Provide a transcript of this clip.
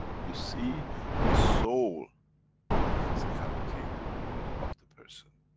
you see the soul of the physicality of the person,